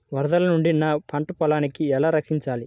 వరదల నుండి నా పంట పొలాలని ఎలా రక్షించాలి?